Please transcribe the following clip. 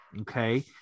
okay